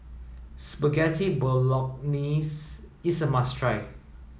Spaghetti Bologneses is a must try